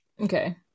okay